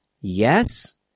Yes